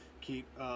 Keep